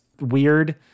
weird